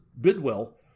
Bidwell